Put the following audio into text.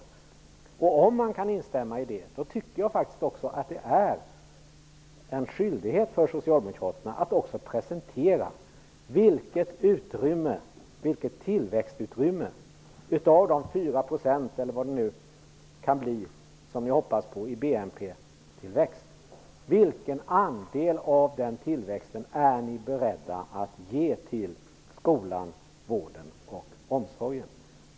Kan Per Olof Håkansson instämma i den kritiken, tycker jag faktiskt att ni socialdemokrater har en skyldighet att också presentera vilken andel av det tillväxtutrymme på ca 4 % som ni hoppas på i BNP-tillväxt som ni är beredda att ge till skolan, vården och omsorgen.